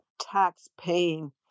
tax-paying